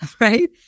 right